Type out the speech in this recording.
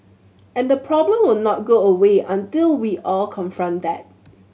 and the problem will not go away until we all confront that